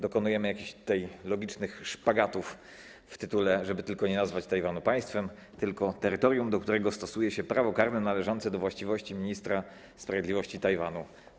Dokonujemy jakichś logicznych szpagatów w tytule, żeby nie nazwać Tajwanu państwem, tylko terytorium, do którego stosuje się prawo karne należące do właściwości ministra sprawiedliwości Tajwanu.